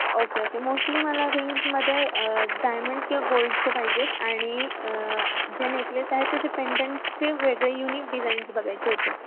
okay okay mostly मला रिंग्समध्ये diamond किंवा गोल्डचे पाहिजेत आणि जे नेकलेस आहे त्याचे पेंडंटचे वेगळे युनिक डिजाईन्स बघायचे होते